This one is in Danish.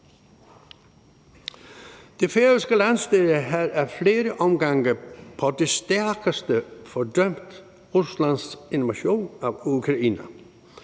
Det færøske Landsstyre har ad flere omgange på det stærkeste fordømt Ruslands invasion af Ukraine.